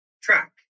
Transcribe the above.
track